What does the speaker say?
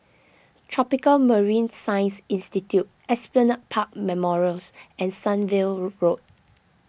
Tropical Marine Science Institute Esplanade Park Memorials and Sunview Road